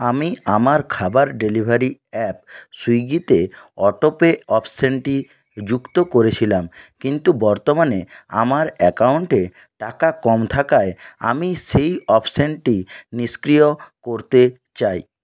আমি আমার খাবার ডেলিভারি অ্যাপ সুইগিতে অটো পে অপশানটি যুক্ত করেছিলাম কিন্তু বর্তমানে আমার অ্যাকাউন্টে টাকা কম থাকায় আমি সেই অপশানটি নিষ্ক্রিয় করতে চাই